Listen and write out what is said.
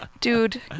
dude